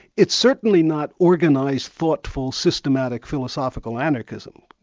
it's certainly not organised, thoughtful, systematic philosophical anarchism.